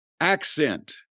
accent